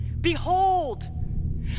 Behold